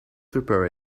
prefer